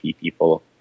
people